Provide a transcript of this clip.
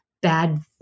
bad